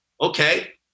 okay